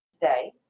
Today